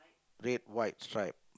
red white stripe